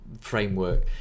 framework